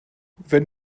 wenn